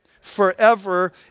Forever